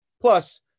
Plus